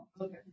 okay